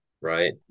right